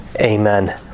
Amen